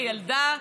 כילדה,